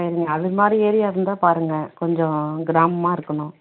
சரிங்க அதுமாதிரி ஏரியா இருந்தால் பாருங்க கொஞ்சம் கிராமமாக இருக்கணும்